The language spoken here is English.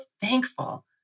thankful